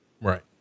Right